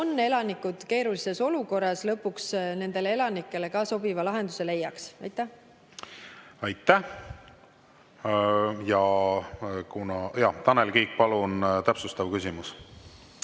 on elanikud keerulises olukorras, lõpuks nendele elanikele ka sobiva lahenduse leiaks. Aitäh! Tanel Kiik, palun, täpsustav küsimus!